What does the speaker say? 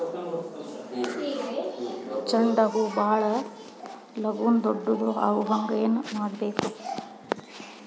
ಚಂಡ ಹೂ ಭಾಳ ಲಗೂನ ದೊಡ್ಡದು ಆಗುಹಂಗ್ ಏನ್ ಮಾಡ್ಬೇಕು?